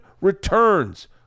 returns